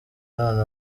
none